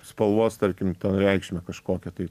spalvos tarkim ten reikšmę kažkokią tai